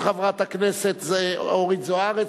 העלאת גיל הנישואין) של חברת הכנסת אורית זוארץ.